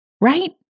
right